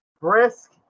Brisk